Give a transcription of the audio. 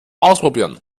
ausprobieren